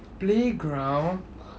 playground